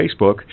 Facebook